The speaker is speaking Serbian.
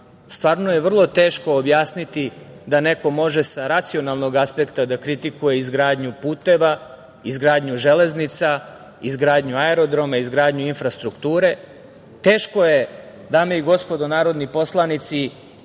stvarno je vrlo teško objasniti da neko može sa racionalnog aspekta da kritikuje izgradnju puteva, izgradnju železnica, izgradnju aerodroma, izgradnju infrastrukture. Teško je, dame i gospodo narodni poslanici